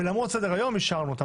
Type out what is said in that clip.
ולמרות סדר היום אישרנו אותן.